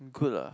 could ah